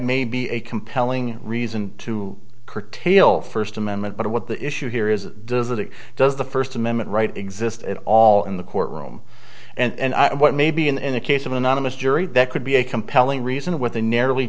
may be a compelling reason to curtail first amendment but what the issue here is does it does the first amendment right exist at all in the courtroom and i what may be in a case of anonymous jury that could be a compelling reason with a nar